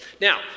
Now